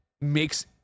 makes